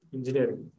Engineering